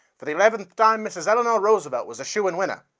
for the eleventh time, mrs. eleanor roosevelt was a shoo-in winner.